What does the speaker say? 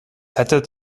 hättet